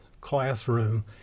classroom